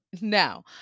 Now